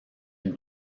une